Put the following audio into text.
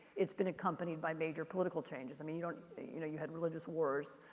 it's been accompanied by major political changes. i mean you don't, you know, you had religious wars